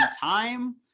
time